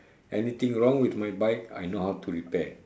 anything wrong with my bike I know how to repair